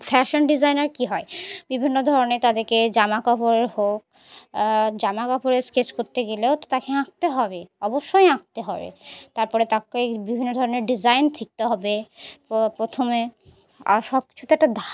fashion designer কী হয় বিভিন্ন ধরনের তাদেরকে জামা কাপড়ের হোক জামা কাপড়ের স্কেচ করতে গেলেও তো তাকে আঁকতে হবে অবশ্যই আঁকতে হবে তারপরে তাকে বিভিন্ন ধরনের ডিজাইন শিখতে হবে প্রথমে আর সব কিছুতে একটা